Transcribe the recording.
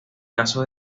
caso